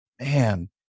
man